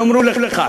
יאמרו לך,